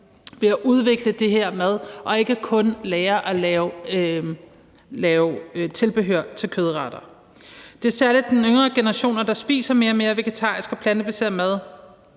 i at udvikle den her type mad og ikke kun lærer at lave tilbehør til kødretter. Det er særlig de yngre generationer, der spiser mere og mere vegetarisk og plantebaseret mad;